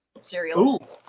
cereal